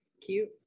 cute